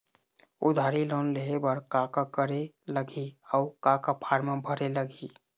उधारी लोन लेहे बर का का करे लगही अऊ का का फार्म भरे लगही?